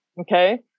Okay